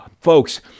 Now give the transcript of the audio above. Folks